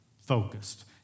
focused